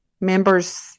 members